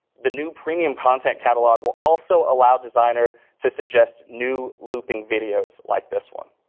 the new premium content catalog will also allow designer to suggest new looping videos like this one.